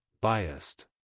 Biased